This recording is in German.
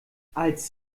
als